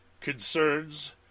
concerns